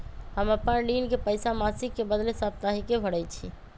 हम अपन ऋण के पइसा मासिक के बदले साप्ताहिके भरई छी